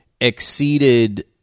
exceeded